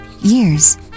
Years